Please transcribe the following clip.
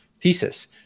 thesis